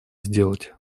сделать